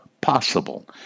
possible